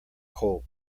colt